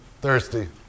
Thirsty